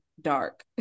dark